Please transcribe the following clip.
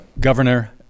Governor